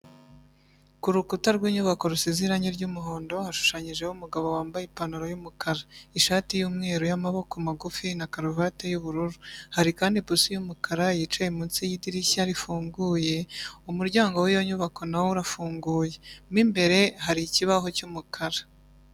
Ku rukuta rw'inyubako rusize irangi ry'umuhondo hashushanyijeho umugabo wambaye ipantaro y'umukara, ishati y'umweru y'amaboko magufi na karuvati y'ubururu, hari kandi ipusi y'umukara yicaye munsi y'idirishya rifunguye, umuryango w'iyo nyubako nawo urafunguye, mo imbere hari ikibaho cy'umukara.